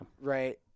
Right